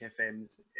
FM's